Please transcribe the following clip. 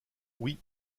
oui